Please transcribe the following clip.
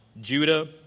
Judah